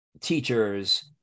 teachers